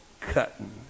cutting